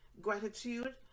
gratitude